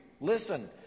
listen